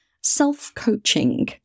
self-coaching